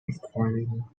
requiring